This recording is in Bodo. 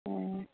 अ